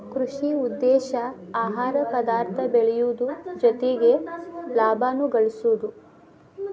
ಕೃಷಿ ಉದ್ದೇಶಾ ಆಹಾರ ಪದಾರ್ಥ ಬೆಳಿಯುದು ಜೊತಿಗೆ ಲಾಭಾನು ಗಳಸುದು